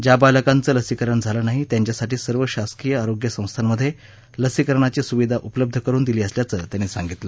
ज्या बालकांचं लसीकरण झालं नाही त्यांच्यासाठी सर्व शासकीय आरोग्य संस्थांमध्ये लसीकरणाची सुविधा उपलब्ध करुन दिली असल्याचं त्यांनी सांगितलं